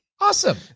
Awesome